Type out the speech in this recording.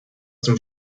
zum